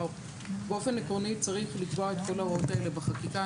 באופן עקרוני צריך לקבוע את כל ההוראות האלה בחקיקה.